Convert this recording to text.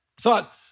thought